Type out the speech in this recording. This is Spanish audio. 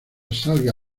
salga